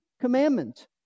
commandment